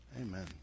amen